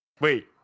Wait